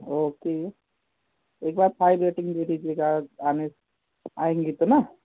okay एक बार five rating दे दीजिएगा आने से आएँगी तो ना